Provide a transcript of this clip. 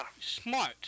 smart